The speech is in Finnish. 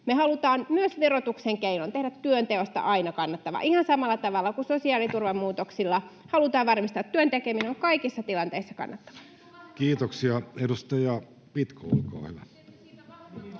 Me halutaan myös verotuksen keinoin tehdä työnteosta aina kannattavaa, ihan samalla tavalla kuin sosiaaliturvan muutoksilla halutaan varmistaa, että työn tekeminen on kaikissa tilanteissa kannattavaa. [Li Andersson: Se muuttuu